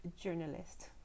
journalist